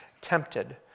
tempted